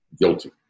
guilty